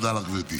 תודה לך, גברתי.